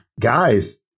Guys